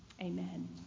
Amen